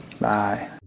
Bye